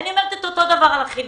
ואני אומרת אותו הדבר על החינוך.